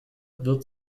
wird